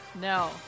No